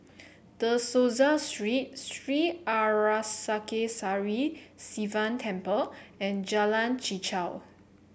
De Souza Street Sri Arasakesari Sivan Temple and Jalan Chichau